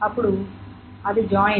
అప్పుడు అది జాయిన్